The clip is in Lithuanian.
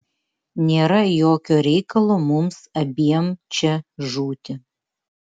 nėra jokio reikalo mums abiem čia žūti